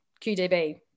QDB